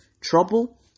Trouble